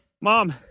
mom